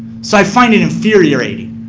so, i find it infuriating,